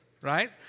right